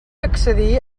accedir